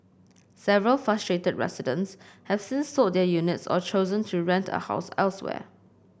several frustrated residents have since sold their units or chosen to rent a house elsewhere